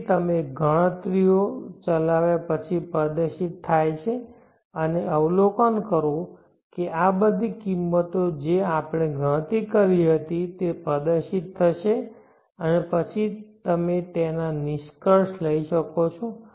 તેથી તમે ગણતરી ઓ ચલાવ્યા પછી પ્રદર્શિત થાય છે અને અવલોકન કરો છો કે આ બધી કિંમતો કે જે આપણે ગણતરી કરી હતી તે પ્રદર્શિત થશે અને પછી તમે તેના પર નિષ્કર્ષ લઈ શકો છો